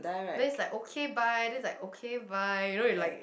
then it's like okay bye then it's like okay bye you know you like